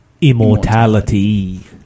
Immortality